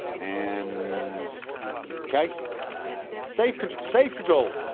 and okay safe control, safe control